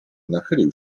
nachylił